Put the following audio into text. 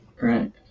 right